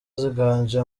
ziganje